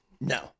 No